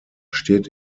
steht